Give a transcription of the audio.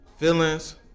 Feelings